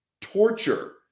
torture